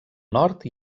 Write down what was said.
nord